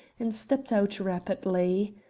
and stepped out rapidly.